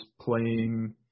playing